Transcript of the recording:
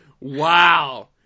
Wow